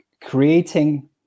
creating